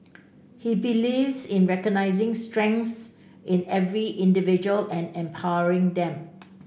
he believes in recognising strengths in every individual and empowering them